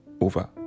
over